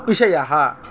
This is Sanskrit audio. विषयः